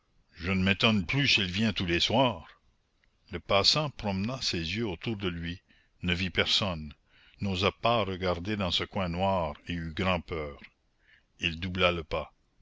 je ne m'étonne plus s'il vient tous les soirs le passant promena ses yeux autour de lui ne vit personne n'osa pas regarder dans ce coin noir et eut grand'peur il doubla le pas